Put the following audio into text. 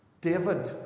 David